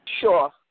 Sure